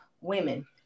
women